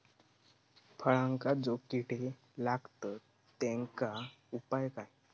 फळांका जो किडे लागतत तेनका उपाय काय?